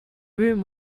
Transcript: room